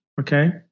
okay